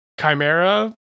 chimera